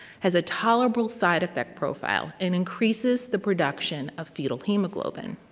has a tolerable side effect profile, and increases the production of fetal hemoglobin.